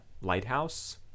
lighthouse